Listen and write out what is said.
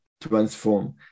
transform